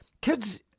Kids